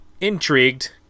intrigued